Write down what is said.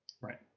right